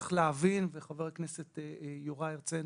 צריך להבין חבר הכנסת יוראי הרצנו